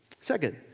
Second